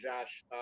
Josh